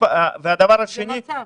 דבר שני,